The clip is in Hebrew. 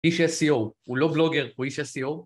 איש SEO הוא לא וולוגר הוא איש SEO